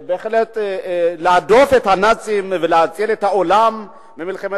שבהחלט סייעו להדוף את הנאצים ולהציל את העולם ממלחמת